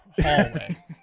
hallway